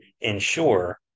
ensure